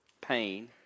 pain